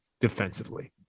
defensively